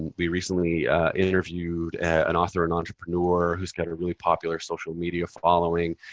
we recently interviewed an author and entrepreneur who's got a really popular social media following.